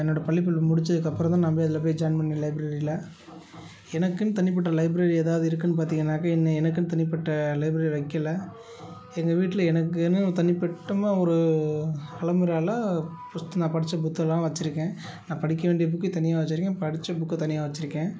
என்னோட பள்ளிப்படிப்பை முடிச்சதுக்கப்புறம் தான் நான் போய் அதில் போய் ஜாயின் பண்ணேன் லைப்ரரியில எனக்குன்னு தனிப்பட்ட லைப்ரரி ஏதாவது இருக்குதுன்னு பார்த்தீங்கன்னாக்கா என்ன எனக்குன்னு தனிப்பட்ட லைப்ரரி வைக்கல எங்கள் வீட்ல எனக்குன்னு தனிப்பட்டமாக ஒரு அலம்பராவில புத்த நான் படிச்ச புத்தகலாம் வச்சிருக்கேன் நான் படிக்க வேண்டிய புக்கு தனியாக வச்சிருக்கேன் படிச்ச புக்கு தனியாக வச்சிருக்கேன்